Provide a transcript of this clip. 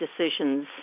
decisions